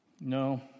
No